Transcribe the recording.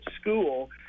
school